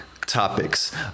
topics